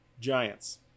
Giants